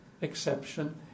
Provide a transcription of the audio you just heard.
exception